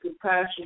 compassion